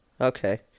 okay